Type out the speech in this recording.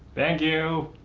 thank you.